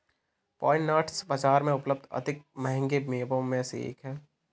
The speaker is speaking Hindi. पाइन नट्स बाजार में उपलब्ध अधिक महंगे मेवों में से एक हैं